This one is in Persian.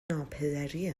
ناپدری